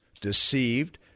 Deceived